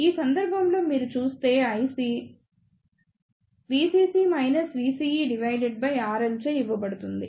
ఈ సందర్భంలో మీరు చూస్తే IC RL చే ఇవ్వబడుతుంది